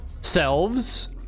selves